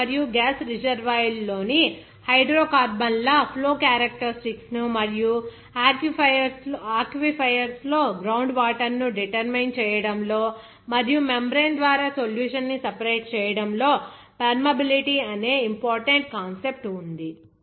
oil మరియు gas రిజర్వాయర్లలోని హైడ్రోకార్బన్ల ఫ్లో క్యారక్టర్య్స్టిక్స్ ను మరియు ఆక్విఫెర్స్ లో గ్రౌండ్ వాటర్ ను డిటెర్మిన్ చేయడం లో మరియు మెంబ్రేన్ ద్వారా సోల్యూట్ ని సెపరేట్ చేయడంలో పర్మియబిలిటీ అనే ఇంపార్టెంట్ కాన్సెప్ట్ ఉంది